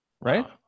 right